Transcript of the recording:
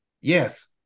Yes